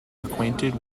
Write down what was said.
acquainted